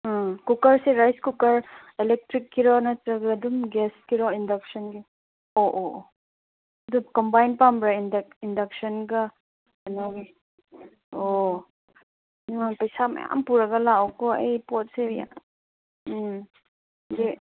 ꯑꯥ ꯀꯨꯛꯀꯔꯁꯦ rice cooker ꯑꯦꯂꯦꯛꯇ꯭ꯔꯤꯛꯀꯤꯔꯣ ꯅꯠꯇ꯭ꯔꯒ ꯑꯗꯨꯝ ꯒ꯭ꯌꯥꯁꯀꯤꯔꯣ ꯏꯟꯗꯛꯁꯟꯒꯤ ꯑꯣ ꯑꯣ ꯑꯣ ꯑꯗꯨ ꯀꯝꯕꯥꯏꯟ ꯄꯥꯝꯕ꯭ꯔꯥ ꯏꯟꯗꯛꯁꯟꯒ ꯀꯩꯅꯣꯒꯤ ꯑꯣ ꯑꯥ ꯄꯩꯁꯥ ꯃꯌꯥꯝ ꯄꯨꯔꯒ ꯂꯥꯛꯑꯣꯀꯣ ꯑꯩ ꯄꯣꯠꯁꯦ ꯎꯝ